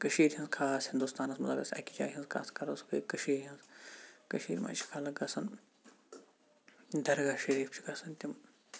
کٔشیٖرِ چھِ خاص ہِندوستانَس منٛز اَگر أسۍ أکِس جایہِ ہِنٛز کَتھ کَرَو سۄ گٔے کٔشیٖرِ ہِنٛز کٔشیٖرِ منٛز چھِ خَلَق گَژھان دَرگاہ شریٖف چھِ گَژھان تِم